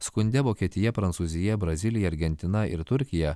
skunde vokietija prancūzija brazilija argentina ir turkija